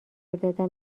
دادم